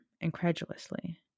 incredulously